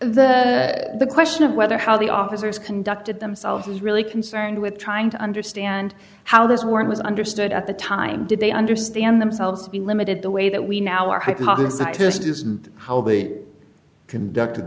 the the question of whether how the officers conducted themselves is really concerned with trying to understand how this work was understood at the time did they understand themselves to be limited the way that we now are h